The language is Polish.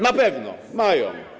Na pewno mają.